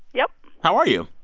yup how are you?